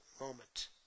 moment